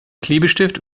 klebestift